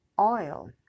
oil